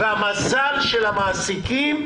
מזל של המעסיקים,